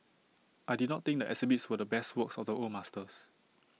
I did not think the exhibits were the best works of the old masters